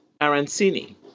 Arancini